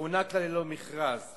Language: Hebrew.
שהוענק לה ללא מכרז,